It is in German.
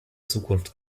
zukunft